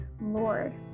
Lord